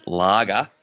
lager